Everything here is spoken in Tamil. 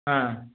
ஆ